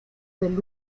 del